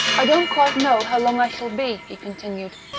i don't quite know how long i shall be, he continued.